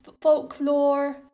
folklore